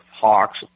hawks